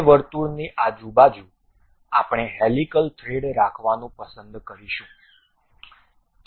તે વર્તુળની આજુબાજુ આપણે હેલિકલ થ્રેડ રાખવાનું પસંદ કરીશું